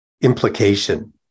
implication